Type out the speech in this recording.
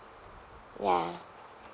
ya